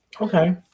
Okay